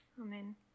Amen